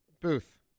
Booth